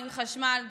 חשמל,